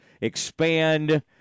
expand